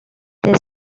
they